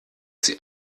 sie